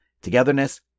togetherness